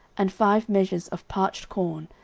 and five measures of parched corn,